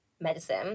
medicine